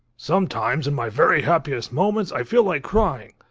sometimes in my very happiest moments, i feel like crying.